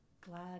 glad